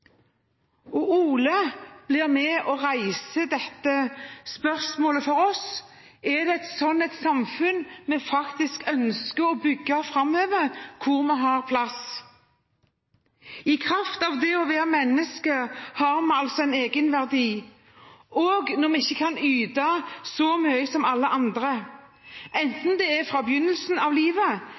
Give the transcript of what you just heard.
dag. Ole blir med og reiser dette spørsmålet for oss: Er det et slikt samfunn vi ønsker å bygge framover, hvor vi har plass? I kraft av det å være menneske har vi altså en egenverdi, også når vi ikke kan yte så mye som alle andre, enten det er fra begynnelsen av livet,